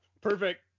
perfect